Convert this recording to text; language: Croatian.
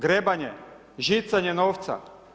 Grebanje, žicanje novca?